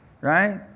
right